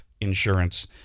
insurance